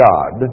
God